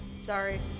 Sorry